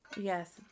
Yes